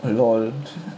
LOL